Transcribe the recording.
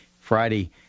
Friday